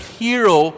hero